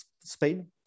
spain